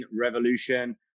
Revolution